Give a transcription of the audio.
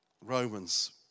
Romans